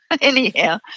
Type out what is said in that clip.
Anyhow